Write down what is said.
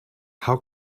how